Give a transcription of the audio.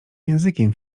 językiem